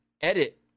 edit